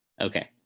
okay